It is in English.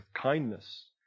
kindness